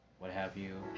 what-have-you